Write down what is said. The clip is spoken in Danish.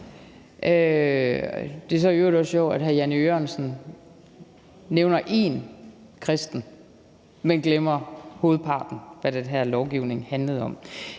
Det er så i øvrigt også sjovt, at hr. Jan E. Jørgensen nævner én kristen, men glemmer hovedparten af dem, som den her lovgivning handler om.